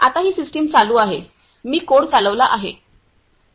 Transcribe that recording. आता ही सिस्टम चालू आहे मी कोड चालविला आहे